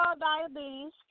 diabetes